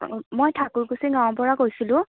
মই ঠাকুৰকুচি গাঁৱৰ পৰা কৈছিলোঁ